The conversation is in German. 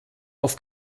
auf